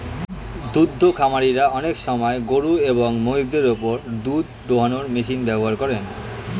দুদ্ধ খামারিরা অনেক সময় গরুএবং মহিষদের ওপর দুধ দোহানোর মেশিন ব্যবহার করেন